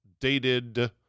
dated